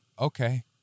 okay